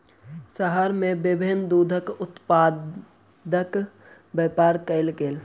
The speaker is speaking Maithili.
शहर में विभिन्न दूधक उत्पाद के व्यापार कयल गेल